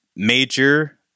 Major